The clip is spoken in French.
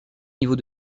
niveaux